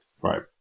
right